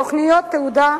תוכניות תעודה,